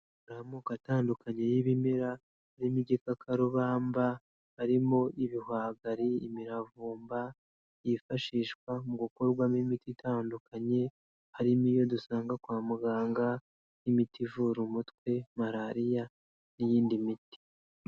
Ni amoko atandukanye y'ibimera birimo igikakarubamba, harimo ibihwagari, imiravumba yifashishwa mu gukorwamo imiti itandukanye, harimo iyo dusanga kwa muganga, imiti ivura umutwe, Malariya n'iyindi miti.